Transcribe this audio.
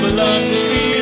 Philosophy